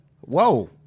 Whoa